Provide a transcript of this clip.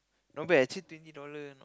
not bad actually twenty dollar